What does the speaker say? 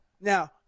Now